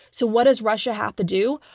so what does russia have to do?